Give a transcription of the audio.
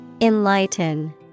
Enlighten